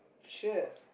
shit